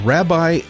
Rabbi